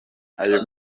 ayo